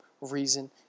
reason